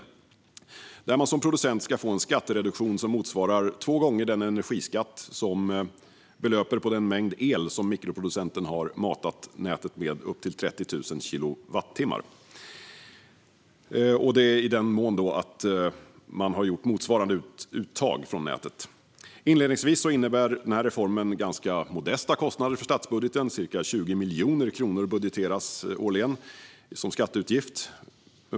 Där ska man som producent få en skattereduktion som motsvarar två gånger den energiskatt som belöper på den mängd el som mikroproducenten har matat nätet med, upp till 30 000 kilowattimmar. Det gäller i den mån man har gjort motsvarande uttag från nätet. Inledningsvis innebär reformen ganska modesta kostnader för statsbudgeten, ca 20 miljoner kronor budgeteras årligen som skatteutgift.